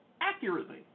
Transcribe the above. accurately